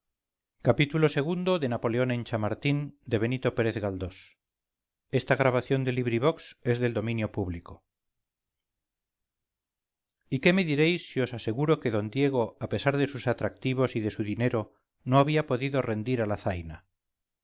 xxvii xxviii xxix napoleón en chamartín de benito pérez galdós y qué me diréis si os aseguro que d diego a pesar de sus atractivos y de su dinero no había podido rendir a la zaina